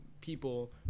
people